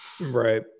Right